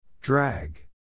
Drag